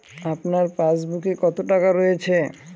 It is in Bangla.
আপনার পাসবুকে কত টাকা রয়েছে?